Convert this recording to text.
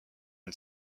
une